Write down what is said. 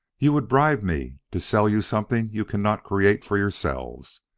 you would bribe me to sell you something you cannot create for yourselves.